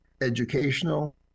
educational